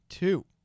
Two